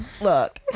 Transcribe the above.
Look